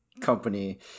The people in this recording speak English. company